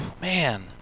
man